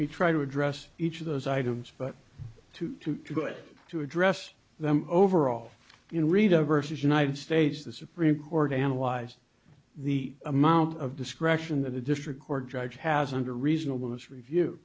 me try to address each of those items but too good to address them overall in rita versus united states the supreme court analyzed the amount of discretion of the district court judge has under reasonable it's review